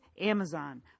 Amazon